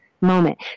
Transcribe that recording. moment